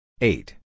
eight